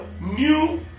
new